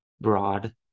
broad